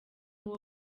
uwo